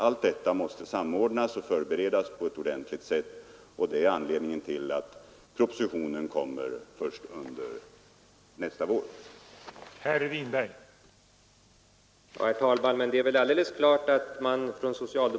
Åtgärderna måste förberedas och samordnas på ett ordentligt sätt, och det är anledningen till att propositionen kommer först under nästa vår.